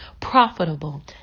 profitable